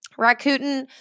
Rakuten